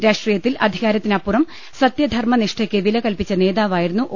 രാഷ്ട്രീയത്തിൽ അധികാരത്തിനപ്പുറം സത്യധർമ്മനിഷ്ഠയ് ക്ക് വില കൽപ്പിച്ച നേതാവായിരുന്നു ഒ